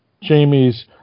Jamie's